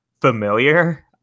familiar